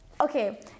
Okay